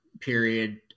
period